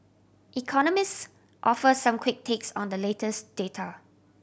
economists offer some quick takes on the latest data